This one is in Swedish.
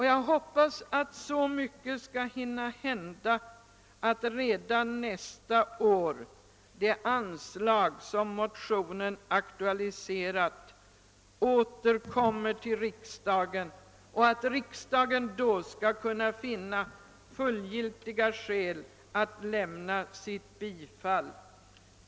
Jag hoppas att så mycket skall hinna hända, att frågan om det anslag motionen aktualiserat återkommer till riksdagen redan nästa år och att riksdagen då skall finna fullgiltiga skäl att lämna sitt bifall.